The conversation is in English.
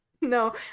No